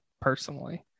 personally